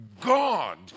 God